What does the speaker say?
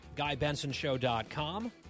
GuyBensonShow.com